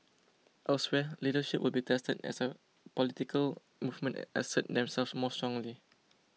elsewhere leadership will be tested as a political movements assert themselves more strongly